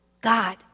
God